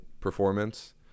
performance